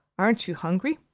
aren't you hungry?